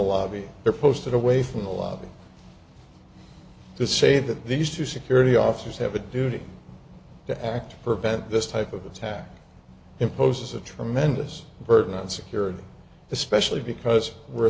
lobby they're posted away from the lobby to say that these two security officers have a duty to act prevent this type of attack imposes a tremendous burden on security especially because we're